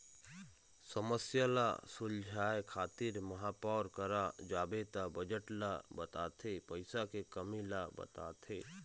समस्या ल सुलझाए खातिर महापौर करा जाबे त बजट ल बताथे पइसा के कमी ल बताथे